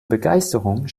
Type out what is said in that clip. begeisterung